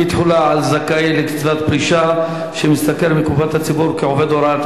אי-תחולה על זכאי לקצבת פרישה שמשתכר מקופת הציבור כעובד הוראה),